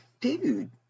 dude